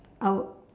I'll